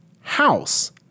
house